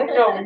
no